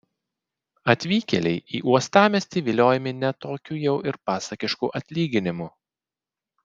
atvykėliai į uostamiestį viliojami ne tokiu jau ir pasakišku atlyginimu